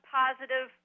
positive